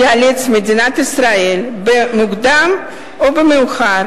תיאלץ מדינת ישראל במוקדם או במאוחר